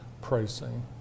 pricing